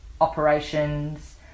operations